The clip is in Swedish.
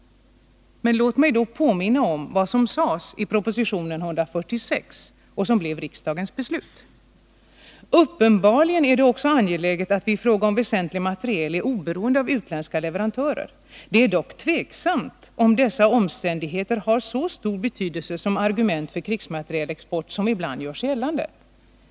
Låt mig påminna om vad som sades i proposition 1971:146, vilket också blev riksdagens beslut: ”Uppenbarligen är det också angeläget att vi i fråga om väsentlig materiel är oberoende av utländska leverantörer. Det är dock tveksamt, om dessa omständigheter har så stor betydelse som argument för krigsmaterielexport som ibland görs gällande.